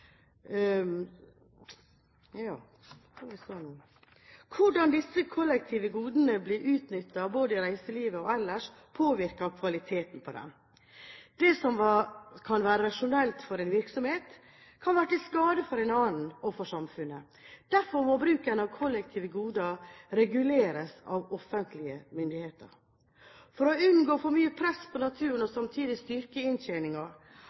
kvaliteten på dem. Det som kan være rasjonelt for én virksomhet, kan være til skade for en annen og for samfunnet. Derfor må bruken av kollektive goder reguleres av offentlige myndigheter. For å unngå for mye press på naturen og samtidig styrke